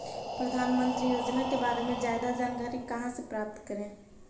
प्रधानमंत्री योजना के बारे में जादा जानकारी कहा से प्राप्त करे?